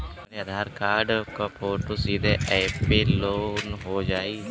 हमरे आधार कार्ड क फोटो सीधे यैप में लोनहो जाई?